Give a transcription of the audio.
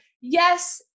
yes